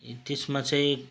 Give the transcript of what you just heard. ए त्यसमा चाहिँ